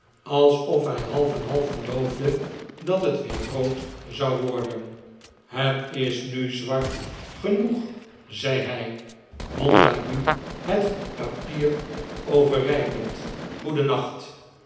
alsof hij half en half geloofde dat het weer rood zou worden het is nu zwart genoeg zei hij montague het papier overreikend